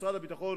משרד הביטחון,